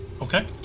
Okay